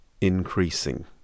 increasing